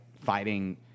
fighting